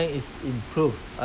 yes of course